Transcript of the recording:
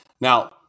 Now